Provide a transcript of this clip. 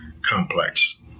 complex